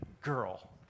girl